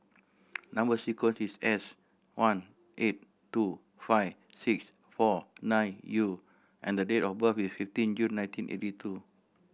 number sequence is S one eight two five six four nine U and date of birth is fifteen June nineteen eighty two